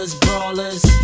brawlers